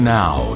now